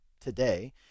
today